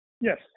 Yes